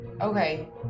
Okay